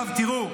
עכשיו, תראו,